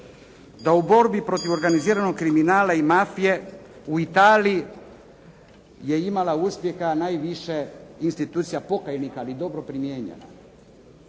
da u borbi protiv organiziranog kriminala i mafije u Italiji je imala uspjeha najviše institucija pokajnika, ali dobro primijenjena,